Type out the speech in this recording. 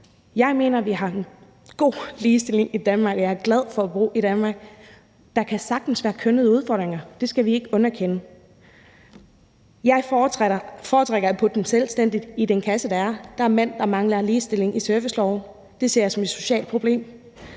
Jeg mener, vi har en god ligestilling i Danmark, og jeg er glad for at bo i Danmark. Der kan sagtens være kønnede udfordringer. Det skal vi ikke underkende. Jeg foretrækker at putte dem selvstændigt i den kasse, der er til dem. Der er mænd, der mangler lighed i serviceloven. Det ser jeg som et socialt problem.